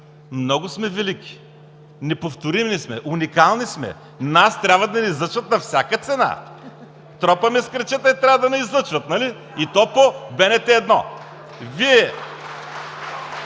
много сме велики, неповторими сме, уникални сме, нас трябва да ни излъчват на всяка цена! Тропаме с крачета, трябва да ни излъчват, нали?! И то по БНТ 1.